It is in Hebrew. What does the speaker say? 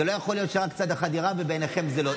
זה לא יכול להיות שרק צד אחד יירה ובעיניכם זה לא.